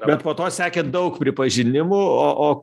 bet po to sekė daug pripažinimų o o